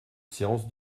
séance